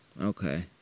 Okay